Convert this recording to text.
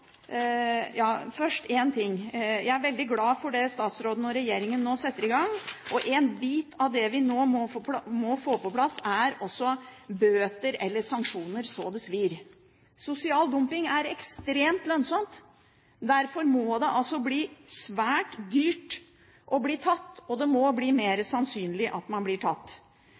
i gang. En bit av det vi nå må få på plass, er også bøter eller sanksjoner så det svir. Sosial dumping er ekstremt lønnsomt. Derfor må det bli svært dyrt å bli tatt, og det må bli mer sannsynlig at man blir tatt.